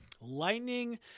Lightning